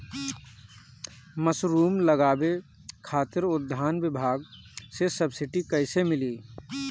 Mushroom लगावे खातिर उद्यान विभाग से सब्सिडी कैसे मिली?